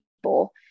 people